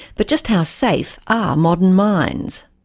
but just how safe are modern mines?